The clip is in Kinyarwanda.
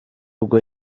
ubwo